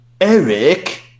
Eric